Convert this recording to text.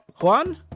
Juan